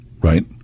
right